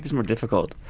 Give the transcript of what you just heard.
more difficult?